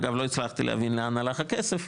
אגב לא הצלחתי להבין לאן הלך הכסף,